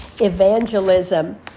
evangelism